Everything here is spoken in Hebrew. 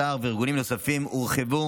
סה"ר וארגונים נוספים הורחבה.